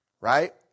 Right